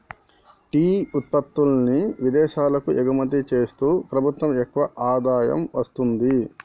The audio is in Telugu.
టీ ఉత్పత్తుల్ని విదేశాలకు ఎగుమతి చేస్తూ ప్రభుత్వం ఎక్కువ ఆదాయం వస్తుంది